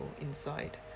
inside